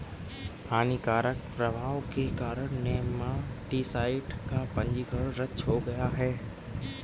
हानिकारक प्रभाव के कारण नेमाटीसाइड का पंजीकरण रद्द हो गया